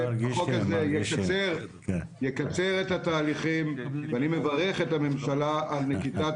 החוק הזה יקצר את התהליכים ואני מברך את הממשלה על נקיטת